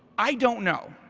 i don't know.